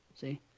See